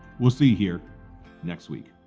we'll see here next week.